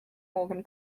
morgan